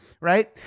right